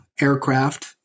aircraft